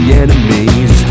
enemies